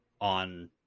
on